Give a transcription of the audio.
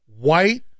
white